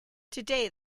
today